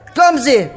Clumsy